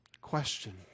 question